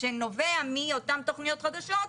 שנובע מאותן תכניות חדשות,